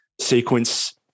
sequence